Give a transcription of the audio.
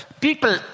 people